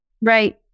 Right